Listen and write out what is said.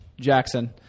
Jackson